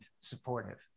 supportive